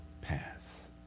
path